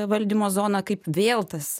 valdymo zoną kaip vėl tas